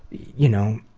y'know,